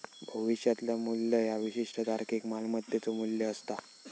भविष्यातला मू्ल्य ह्या विशिष्ट तारखेक मालमत्तेचो मू्ल्य असता